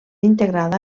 integrada